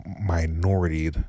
minority